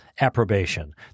approbation